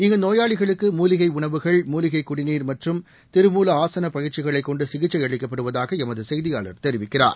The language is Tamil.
இங்கு நோயாளிகளுக்கு மூலிகைஉணவுகள் மூலிகைக் குடிநீர் மற்றும் திருமூல ஆசனப் பயிற்சிகளைக் கொண்டுசிகிச்சைஅளிக்கப்படுவதாகஎமதசெய்தியாளர் தெரிவிக்கிறார்